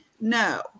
No